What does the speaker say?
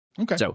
Okay